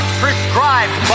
prescribed